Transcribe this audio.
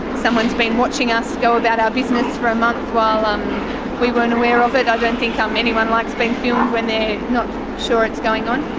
someone's been watching us go about our business for a month while um we weren't aware of it. i don't think um anyone likes being filmed when they're not sure it's going on.